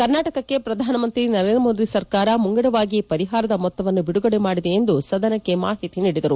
ಕರ್ನಾಟಕಕ್ಕೆ ಪ್ರಧಾನಮಂತ್ರಿ ನರೇಂದ್ರ ಮೋದಿ ಸರ್ಕಾರ ಮುಂಗಡವಾಗಿಯೇ ಪರಿಹಾರದ ಮೊತ್ತವನ್ನು ಬಿಡುಗಡೆ ಮಾಡಿದೆ ಎಂದು ಸದನಕ್ಕೆ ಮಾಹಿತಿ ನೀಡಿದರು